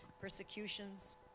persecutions